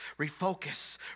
refocus